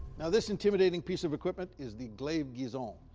now, this intimidating piece of equipment is the glaive guisarme.